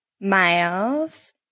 miles